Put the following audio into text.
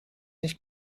nicht